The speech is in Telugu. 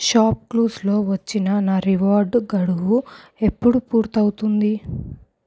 షాప్ క్లూస్లో వచ్చిన నా రివార్డు గడువు ఎప్పుడు పూర్తి అవుతుంది